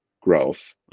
growth